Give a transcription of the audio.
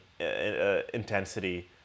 intensity